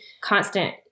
constant